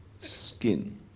skin